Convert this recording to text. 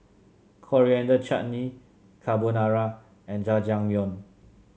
Coriander Chutney Carbonara and Jajangmyeon